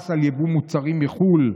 מס על יבוא מוצרים מחו"ל,